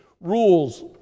rules